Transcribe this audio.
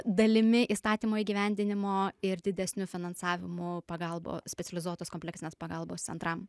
dalimi įstatymo įgyvendinimo ir didesniu finansavimu pagalba specializuotos kompleksinės pagalbos centram